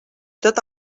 tot